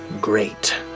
great